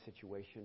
situation